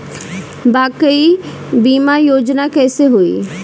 Bike बीमा योजना कैसे होई?